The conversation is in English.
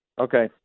Okay